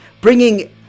bringing